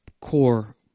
core